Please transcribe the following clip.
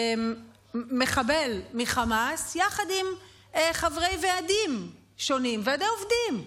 מחבל מחמאס יחד עם חברי ועדים שונים, ועדי עובדים,